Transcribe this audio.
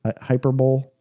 Hyperbole